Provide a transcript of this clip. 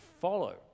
follow